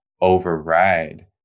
override